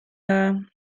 dda